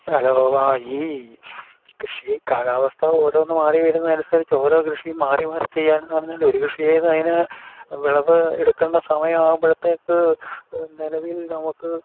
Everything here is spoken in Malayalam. ഹലോ ആ ഈ കൃഷി കാലാവസ്ഥ ഓരോന്ന് മാറി വരുന്നതിന് അനുസരിച്ചു ഓരോ കൃഷിയും മാറി മാറി ചെയ്യാനെന്ന് പറഞ്ഞാൽ ഒരു കൃഷി ചെയ്തു അതിന് വിളവ് എടുക്കേണ്ട സമയമാകുമ്പോഴത്തേക്ക് നിലവിൽ